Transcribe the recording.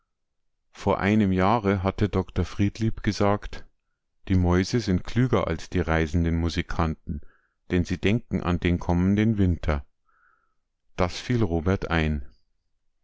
vor einem jahre hatte dr friedlieb gesagt die mäuse sind klüger als die reisenden musikanten denn sie denken an den kommenden winter das fiel robert ein